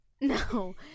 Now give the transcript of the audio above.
No